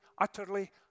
utterly